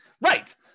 Right